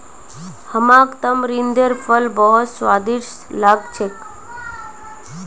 हमाक तमरिंदेर फल बहुत स्वादिष्ट लाग छेक